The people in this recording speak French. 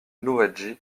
louwagie